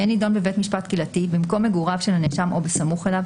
יהיה נידון בבית משפט קהילתי במקום מגוריו של הנאשם או בסמוך אליו,